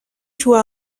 joua